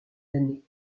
d’années